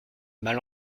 mal